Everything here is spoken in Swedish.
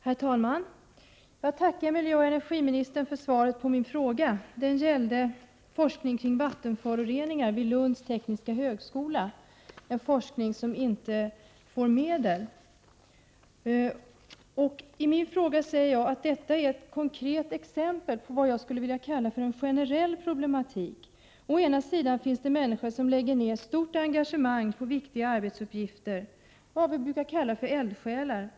Herr talman! Jag tackar miljöoch energiministern för svaret på min fråga. Den gällde forskning kring vattenföroreningar vid Lunds tekniska högskola, en forskning som inte får medel. I min fråga säger jag att detta är ett konkret exempel på vad jag skulle vilja kalla en generell problematik. Å ena sidan finns det människor som lägger ned stort engagemang på viktiga arbetsuppgifter — vad vi brukar kalla eldsjälar.